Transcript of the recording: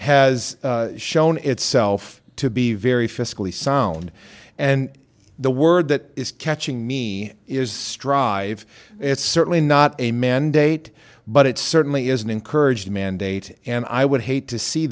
has shown itself to be very fiscally sound and the word that is catching me is strive it's certainly not a mandate but it certainly is an encouraged mandate and i would hate to see